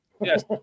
Yes